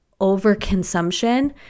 overconsumption